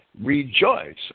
Rejoice